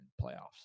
playoffs